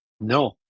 No